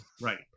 Right